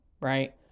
right